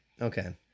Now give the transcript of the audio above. Okay